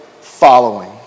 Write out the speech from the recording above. following